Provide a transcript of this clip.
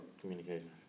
communication